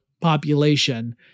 population